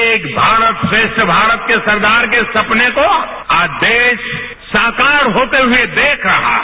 एक भारत श्रेष्ठ भारत के सरदार के सपने को आज देश साकार होते हुए देख रहा है